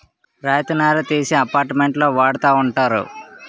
రాతి నార తీసి అపార్ట్మెంట్లో వాడతా ఉంటారు